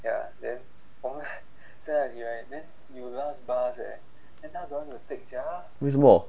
为什么